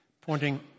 pointing